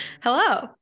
Hello